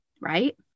Right